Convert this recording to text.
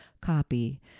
copy